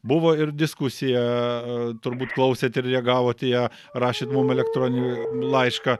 buvo ir diskusija turbūt klausėt ir reagavot į ją rašėt mum elektroninį laišką